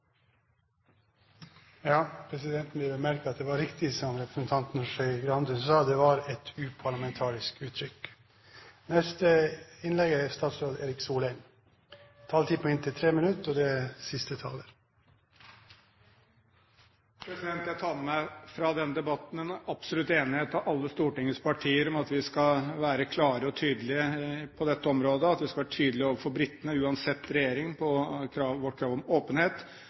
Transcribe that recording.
Presidenten vil bemerke at det var riktig som representanten Skei Grande sa: Det var et uparlamentarisk uttrykk. Jeg tar med meg fra denne debatten en absolutt enighet fra alle Stortingets partier om at vi skal være klare og tydelige på dette området, at vi skal være tydelige overfor britene, uansett regjering, på vårt krav om åpenhet